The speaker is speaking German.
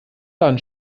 dann